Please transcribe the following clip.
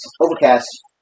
Overcast